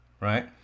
right